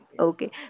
Okay